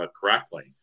correctly